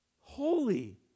holy